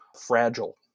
fragile